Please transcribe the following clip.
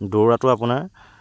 দৌৰাটো আপোনাৰ